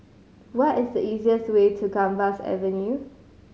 what is the easiest way to Gambas Avenue